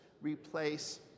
replace